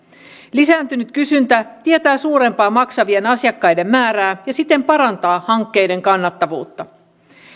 lisääntynyt kysyntä tietää suurempaa maksavien asiakkaiden määrää ja siten parantaa hankkeiden kannattavuutta